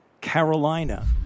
Carolina